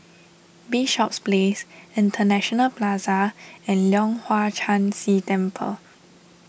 Bishops Place International Plaza and Leong Hwa Chan Si Temple